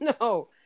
no